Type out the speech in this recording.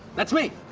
that's me!